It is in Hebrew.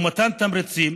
ומתן תמריצים,